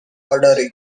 ordering